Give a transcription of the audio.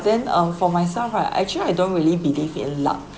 then um for myself right actually I don't really believe in luck